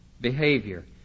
behavior